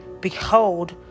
Behold